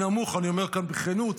אני אומר כאן בכנות,